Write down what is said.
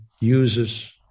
uses